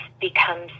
becomes